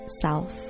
self